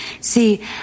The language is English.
See